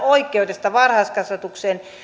oikeudesta varhaiskasvatukseen